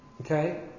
Okay